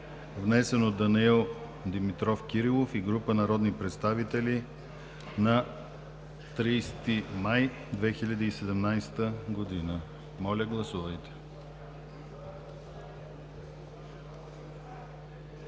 внесен от Данаил Димитров Кирилов и група народни представители на 30-ти май 2017 година. Моля, гласувайте.